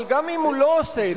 אבל גם אם הוא לא עושה את